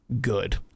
good